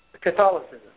Catholicism